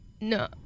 no